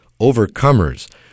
overcomers